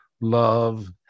love